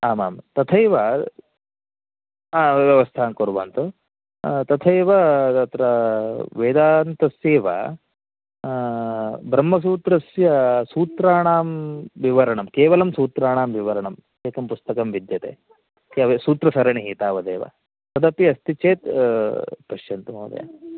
आम् आं तथैव ह व्यवस्थां कुर्वन्तु तथैव तत्र वेदान्तस्यैव ब्रह्मसूत्रस्य सूत्राणां विवरणं केवलं सूत्राणां विवरणम् एकं पुस्तकं विद्यते सूत्रसरणिः तावदेव तदपि अस्ति चेत् पश्यन्तु महोदय